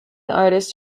artists